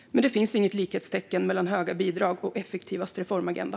Men det finns inget likhetstecken mellan höga bidrag och effektivast reformagenda.